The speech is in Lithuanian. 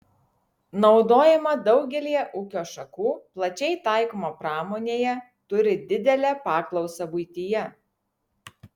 naudojama daugelyje ūkio šakų plačiai taikoma pramonėje turi didelę paklausą buityje